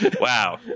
wow